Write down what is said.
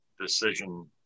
decision